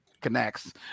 Connects